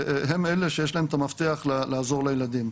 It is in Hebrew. הם אלה שיש להם את המפתח לעזור לילדים.